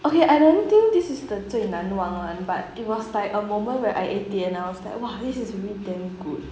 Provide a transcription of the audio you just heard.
okay I don't think this is the 最难忘 one but it was like a moment where I ate it and I was like !wah! this is really damn good